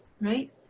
right